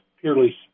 purely